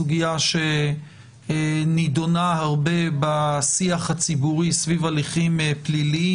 סוגיה שנדונה הרבה בשיח הציבורי סביב הליכים פליליים